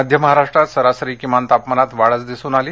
मध्य महाराष्ट्रात सरासरी किमान तापमानात वाढच दिसून आली